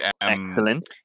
excellent